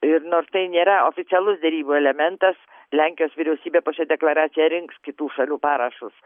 ir nors tai nėra oficialus derybų elementas lenkijos vyriausybė po šia deklaracija rinks kitų šalių parašus